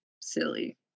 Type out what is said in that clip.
silly